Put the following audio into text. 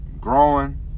growing